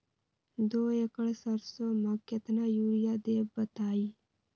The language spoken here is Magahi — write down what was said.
दो एकड़ सरसो म केतना यूरिया देब बताई?